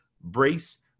brace